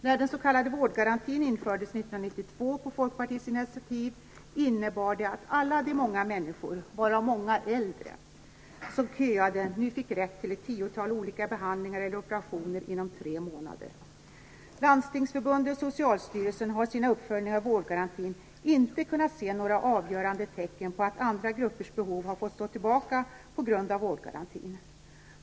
När den s.k. vårdgarantin infördes 1992 på Folkpartiets initiativ innebar den att alla de många människor, varav många äldre, som köade fick rätt till ett tiotal olika behandlingar eller operationer inom tre månader. Landstingsförbundet och Socialstyrelsen har i sina uppföljningar av vårdgarantin inte kunnat se några avgörande tecken på att andra gruppers behov har fått stå tillbaka på grund av vårdgarantin.